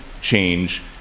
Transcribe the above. change